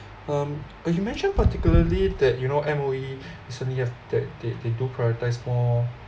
um but you mention particularly that you know M_O_E recently have that they they do prioritise more